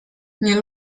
nie